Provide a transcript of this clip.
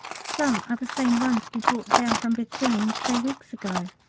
some are the same ones we brought down from bethune three weeks ago.